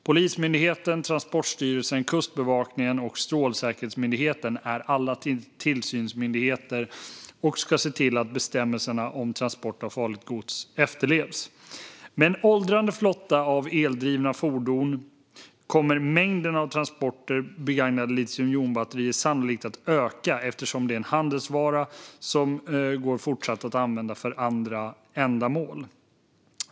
Polismyndigheten, Transportstyrelsen, Kustbevakningen och Strålsäkerhetsmyndigheten är alla tillsynsmyndigheter och ska se till att bestämmelserna om transport av farligt gods efterlevs. Med en åldrande flotta av eldrivna fordon kommer mängden transporter av begagnade litiumjonbatterier sannolikt att öka eftersom de är handelsvara som går att fortsatt använda för andra ändamål.